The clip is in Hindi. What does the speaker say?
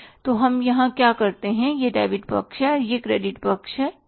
तो हम यहाँ क्या करते हैं यह डेबिट पक्ष है और यह क्रेडिट पक्ष है ठीक है